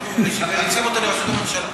ואנחנו מריצים אותה לראשות הממשלה.